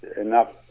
enough